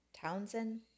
Townsend